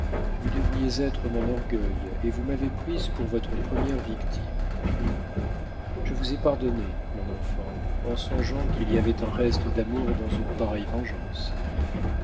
vous deviez être mon orgueil et vous m'avez prise pour votre première victime je vous ai pardonné mon enfant en songeant qu'il y avait un reste d'amour dans une pareille vengeance